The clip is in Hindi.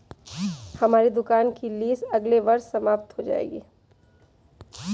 हमारी दुकान की लीस अगले वर्ष समाप्त हो जाएगी